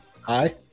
Hi